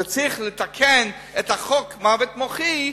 שצריך לתקן את חוק מוות מוחי,